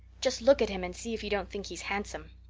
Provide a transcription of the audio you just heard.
just look at him and see if you don't think he's handsome.